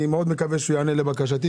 אני מאוד מקווה הוא יענה לבקשתי.